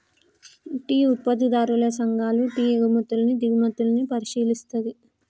tea ఉత్పత్తిదారుల సంఘాలు tea ఎగుమతుల్ని దిగుమతుల్ని పరిశీలిస్తది